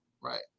right